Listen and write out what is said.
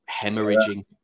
hemorrhaging